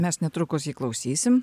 mes netrukus jį klausysim